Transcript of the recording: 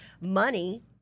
money